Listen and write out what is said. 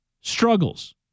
struggles